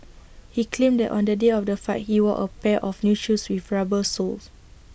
he claimed that on the day of the fight he wore A pair of new shoes with rubber soles